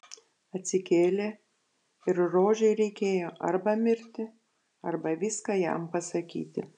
atsikėlė ir rožei reikėjo arba mirti arba viską jam pasakyti